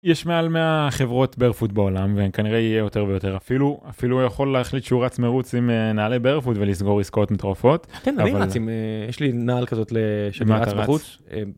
יש מעל 100 חברות בארפות בעולם וכנראה יהיה יותר ויותר אפילו אפילו יכול להחליט שהוא רץ מרוץ עם נעלי בארפות ולסגור עסקאות מטורופת. אני רץ יש לי נעל כזאת ל...